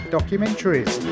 Documentaries